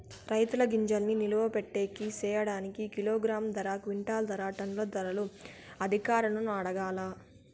రైతుల గింజల్ని నిలువ పెట్టేకి సేయడానికి కిలోగ్రామ్ ధర, క్వింటాలు ధర, టన్నుల ధరలు అధికారులను అడగాలా?